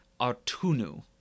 Artunu